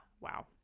wow